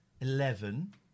eleven